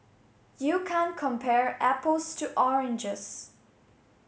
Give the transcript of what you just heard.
you can't compare apples to oranges